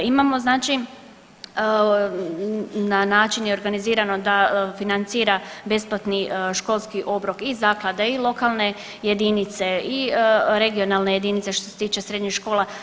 Imamo znači na način je organizirano da financira besplatni školski obrok i zaklada i lokalne jedinice i regionalne jedinice što se tiče srednjih škola.